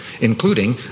including